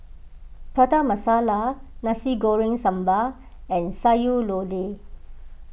Prata Masala Nasi Goreng Sambal and Sayur Lodeh